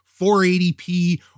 480p